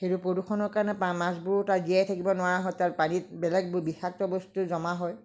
সেইটো প্ৰদূষণৰ কাৰণে মা মাছবোৰো তাত জীয়াই থাকিব নোৱাৰা হয় তাৰ পানীত বেলেগ বিষাক্ত বস্তু জমা হয়